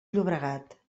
llobregat